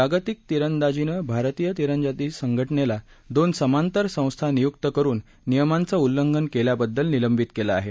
जागतिक तिरंदाजीनं भारतीय तिरंदाजी संघटनेला दोन समांतर संस्था निय्क्त करुन नियमांचं उल्लंघन केल्याबद्दल निलंबित केलं आहे